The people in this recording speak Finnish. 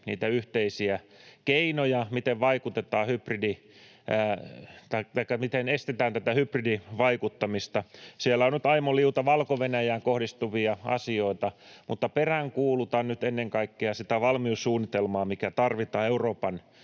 niitä yhteisiä keinoja, miten estetään tätä hybridivaikuttamista. Siellä on nyt aimo liuta Valko-Venäjään kohdistuvia asioita, mutta peräänkuulutan nyt ennen kaikkea sitä valmiussuunnitelmaa, mikä tarvitaan Euroopan